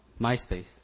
MySpace